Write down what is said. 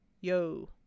yo